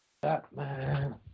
Batman